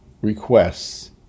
requests